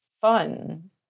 fun